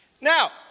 Now